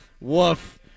Woof